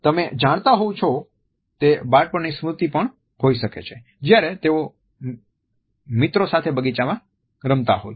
તમે જાણતા હોવ છો તે બાળપણની સ્મૃતિ પણ હોઈ શકે છે જ્યારે તેઓ મિત્રો સાથે બગીચામાં રમતા હતા